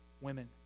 women